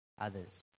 others